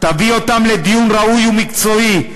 תביא אותם לדיון ראוי ומקצועי,